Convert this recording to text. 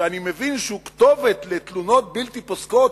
שאני מבין שהוא כתובת לתלונות בלתי פוסקות,